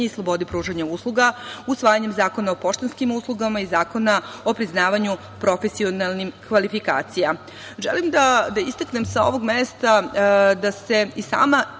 i slobode pružanja usluga, usvajanjem Zakona o poštanskim uslugama i Zakona o priznavanju profesionalnih kvalifikacija. Želim da istaknem sa ovog mesta da se i sama